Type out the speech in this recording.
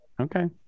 Okay